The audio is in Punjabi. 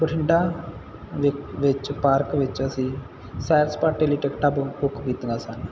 ਬਠਿੰਡਾ ਵਿੱਚ ਵਿੱਚ ਪਾਰਕ ਵਿੱਚ ਅਸੀ ਸੈਰ ਸਪਾਟੇ ਲਈ ਟਿਕਟਾਂ ਬੁ ਬੁੱਕ ਕੀਤੀਆਂ ਸਨ